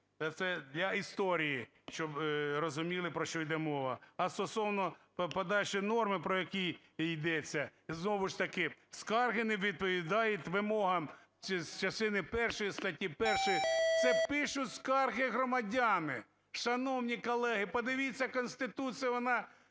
Це для історії, щоб розуміли, про що йде мова. А стосовно подальшої норми, про яку йдеться, знову ж таки скарги не відповідають вимогам частини першої статті 1. Це пишуть скарги громадяни, шановні колеги, подивіться Конституцію, вона